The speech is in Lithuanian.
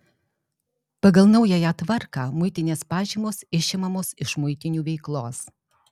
pagal naująją tvarką muitinės pažymos išimamos iš muitinių veiklos